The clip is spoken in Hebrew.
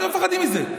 למה אתם מפחדים מזה?